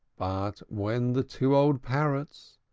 but when the two old parrots,